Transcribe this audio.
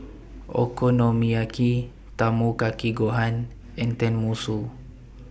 Okonomiyaki Tamago Kake Gohan and Tenmusu